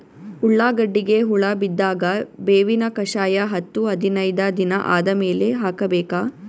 ಉಳ್ಳಾಗಡ್ಡಿಗೆ ಹುಳ ಬಿದ್ದಾಗ ಬೇವಿನ ಕಷಾಯ ಹತ್ತು ಹದಿನೈದ ದಿನ ಆದಮೇಲೆ ಹಾಕಬೇಕ?